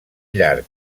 llarg